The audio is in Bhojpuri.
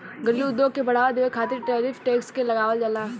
घरेलू उद्योग के बढ़ावा देबे खातिर टैरिफ टैक्स के लगावल जाला